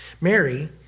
Mary